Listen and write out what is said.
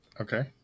Okay